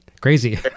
Crazy